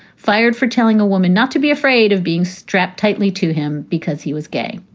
fired for telling a woman not to be afraid of being strapped tightly to him because he was gay.